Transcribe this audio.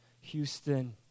Houston